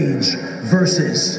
versus